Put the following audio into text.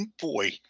boy